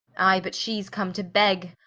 i, but shee's come to begge,